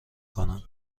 کنند